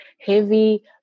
heavy